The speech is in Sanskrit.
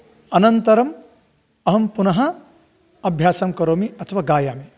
अनन्तरम् अहं पुनः अभ्यासं करोमि अथवा गायामि